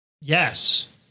Yes